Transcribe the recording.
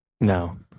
No